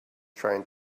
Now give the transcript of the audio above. trying